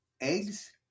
eggs